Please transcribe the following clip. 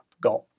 got